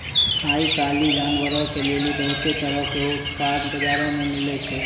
आइ काल्हि जानवरो के लेली बहुते तरहो के उत्पाद बजारो मे मिलै छै